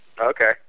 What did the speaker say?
Okay